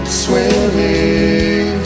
swimming